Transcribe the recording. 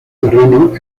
terreno